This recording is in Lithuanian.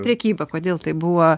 prekyba kodėl tai buvo